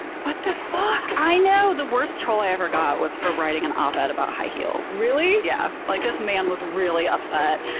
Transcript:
what the fuck! i know! the worst troll i ever got was for writing an op-ed about high heels. really! yeah, like this man was really upset.